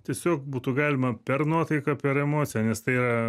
tiesiog būtų galima per nuotaiką per emociją nes tai yra